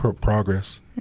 progress